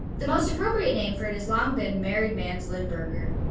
the most appropriate name for it has long been married man's limburger.